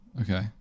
Okay